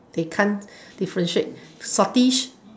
them you can't differentiate saltish